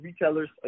retailers